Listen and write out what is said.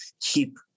keep